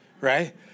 right